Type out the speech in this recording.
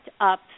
up